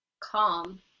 Calm